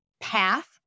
path